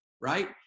right